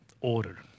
order